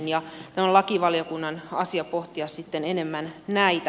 tämä on lakivaliokunnan asia pohtia sitten enemmän näitä